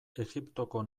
egiptoko